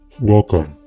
Welcome